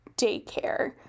daycare